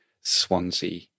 Swansea